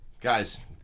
Guys